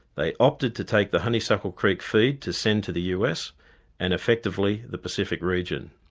they opted to take the honeysuckle creek feed to send to the us and effectively the pacific region.